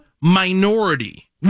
minority